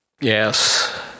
Yes